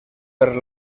per